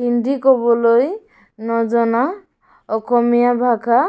হিন্দী ক'বলৈ নজনা অসমীয়া ভাষা